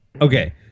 Okay